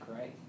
right